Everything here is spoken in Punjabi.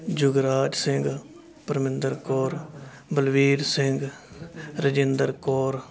ਜੁਗਰਾਜ ਸਿੰਘ ਪਰਮਿੰਦਰ ਕੌਰ ਬਲਵੀਰ ਸਿੰਘ ਰਜਿੰਦਰ ਕੌਰ